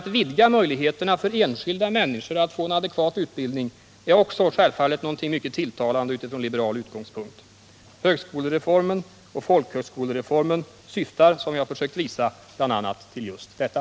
Att vidga möjligheterna för enskilda människor att få en adekvat utbildning är också någonting mycket tilltalande från liberal utgångspunkt. Högskolereformen och folkhögskolereformen syftar, som jag försökt visa, bl.a. till just detta.